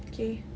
okay